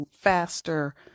faster